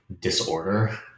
disorder